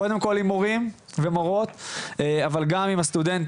קודם כל עם מורים ומורות, אבל גם עם הסטודנטים,